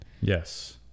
Yes